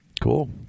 Cool